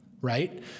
right